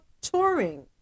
touring